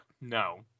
no